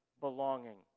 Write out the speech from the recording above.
belonging